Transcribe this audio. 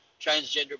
transgender